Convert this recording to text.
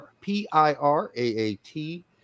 P-I-R-A-A-T